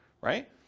right